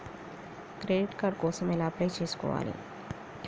Credit card కోసం ఎలా apply చేసుకోవాలి?